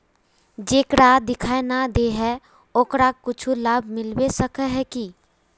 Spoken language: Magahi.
जेकरा दिखाय नय दे है ओकरा कुछ लाभ मिलबे सके है की?